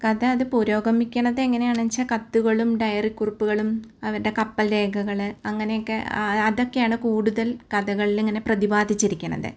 കഥ അത് പുരോഗമിക്കണത് എങ്ങനെയാണന്ന്ച്ചാൽ കത്ത്കളും ഡയറിക്കുറിപ്പ്കളും അവരുടെ കപ്പൽ രേഖകൾ അങ്ങനെയക്കെ അതക്കെയാണ് കൂടുതൽ കഥകളിലിങ്ങനെ പ്രതിപാദിച്ചിരിക്കുന്നത്